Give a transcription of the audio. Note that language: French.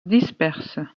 disperse